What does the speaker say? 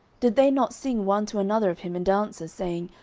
did they not sing one to another of him in dances, saying,